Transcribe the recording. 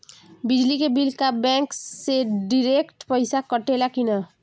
बिजली के बिल का बैंक से डिरेक्ट पइसा कटेला की नाहीं?